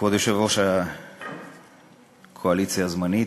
כבוד יושב-ראש הקואליציה הזמנית,